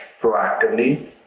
proactively